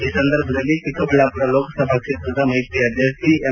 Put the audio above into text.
ಈ ಸಂದರ್ಭದಲ್ಲಿ ಚಿಕ್ಕಬಳ್ಳಾಪುರ ಲೋಕಸಭಾ ಕ್ಷೇತ್ರದ ಮೈತ್ರಿ ಅಭ್ಯರ್ಥಿ ಎಂ